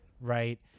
Right